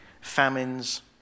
Famines